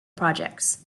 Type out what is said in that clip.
projects